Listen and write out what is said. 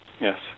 yes